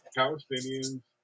palestinians